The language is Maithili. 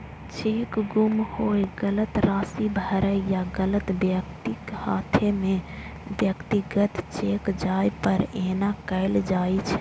चेक गुम होय, गलत राशि भरै या गलत व्यक्तिक हाथे मे व्यक्तिगत चेक जाय पर एना कैल जाइ छै